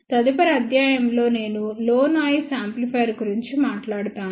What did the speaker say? తదుపరి అధ్యాయం లో నేను లో నాయిస్ యాంప్లిఫైయర్ గురించి మాట్లాడుతున్నాను